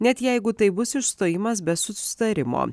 net jeigu tai bus išstojimas be susitarimo